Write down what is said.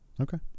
Okay